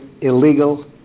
illegal